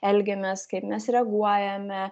elgiamės kaip mes reaguojame